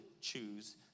choose